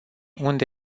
unde